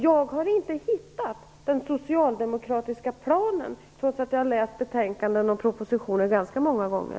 Jag har inte kunnat hitta någon socialdemokratisk plan, trots att jag har läst betänkandet och propositionen ganska många gånger.